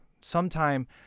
sometime